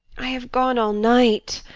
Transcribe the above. i have gone all night.